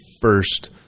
first